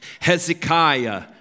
Hezekiah